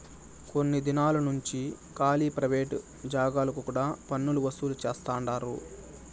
కొన్ని దినాలు నుంచి కాలీ ప్రైవేట్ జాగాలకు కూడా పన్నులు వసూలు చేస్తండారు